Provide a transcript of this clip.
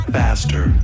faster